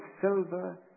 silver